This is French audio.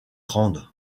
grande